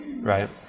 right